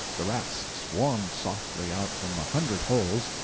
the rats swarmed softly out from a hundred holes,